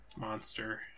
monster